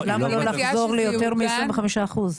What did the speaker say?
למה לא ל חזור ליותר מ-25 אחוזים?